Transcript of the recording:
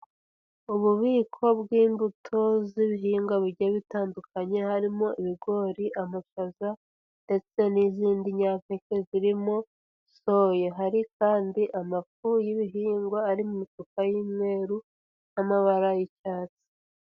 Ububiko bw'imbuto z'ibihingwa bigiye bitandukanye harimo ibigori, amashaza ndetse n'izindi nyampeke zirimo soya, hari kandi amafu y'ibihingwa ari mu mifuka y'umweru n'amabara y'icyatsi.